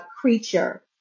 creature